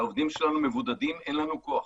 כשהעובדים שלנו מבודדים אין לנו כוח.